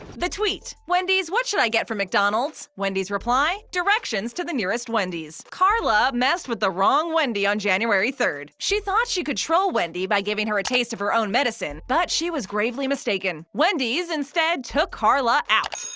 the tweet wendy's what should i get from mcdonalds? wendy's reply directions to the nearest wendy's car-luh messed with the wrong wendy on january third. she thought she could troll wendy by giving her a taste of her own medicine, but she was gravely mistaken. wendy's, instead, took car-luh out.